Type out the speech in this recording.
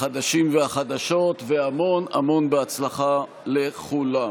החדשים והחדשות והמון המון הצלחה לכולם.